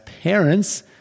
parents